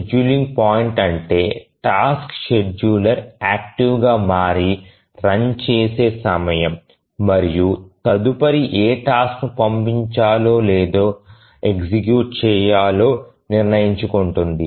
scheduling point అంటే task scheduler active గా మారి రన్ చేసే సమయం మరియు తదుపరి ఏ టాస్క్ ని పంపించాలో లేదా ఎగ్జిక్యూట్ చేయాలో నిర్ణయించుకుంటుంది